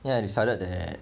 then I decided that